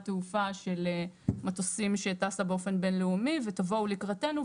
תעופה של מטוסים שטסה באופן בין-לאומי ותבואו לקראתנו.